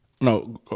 No